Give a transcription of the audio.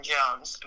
Jones